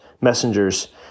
messengers